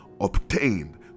obtained